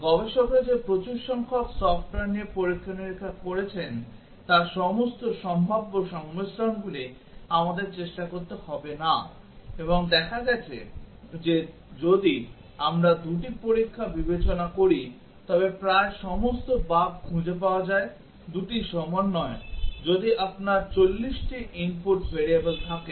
গবেষকরা যে প্রচুর সংখ্যক সফ্টওয়্যার নিয়ে পরীক্ষা নিরীক্ষা করেছেন তার সমস্ত সম্ভাব্য সংমিশ্রণগুলি আমাদের চেষ্টা করতে হবে না এবং দেখা গেছে যে যদি আমরা 2 টি পরীক্ষা বিবেচনা করি তবে প্রায় সমস্ত বাগ খুঁজে পাওয়া যায় 2 টি সমন্বয় যদি আপনার 40 টি input variable থাকে